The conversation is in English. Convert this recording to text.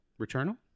returnal